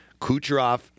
Kucherov